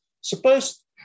Suppose